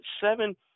seven